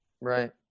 right